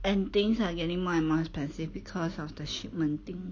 and things are getting more and more expensive because of the shipment thing